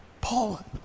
Paul